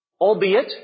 albeit